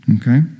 Okay